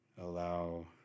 allow